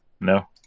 no